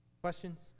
Questions